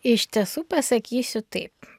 iš tiesų pasakysiu taip